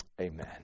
Amen